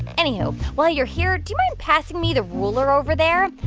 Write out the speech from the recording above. anywho, while you're here, do you mind passing me the ruler over there?